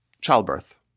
childbirth